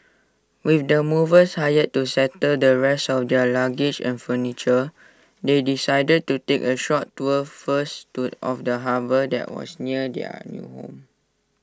with the movers hired to settle the rest of their luggage and furniture they decided to take A short tour first to of the harbour that was near their new home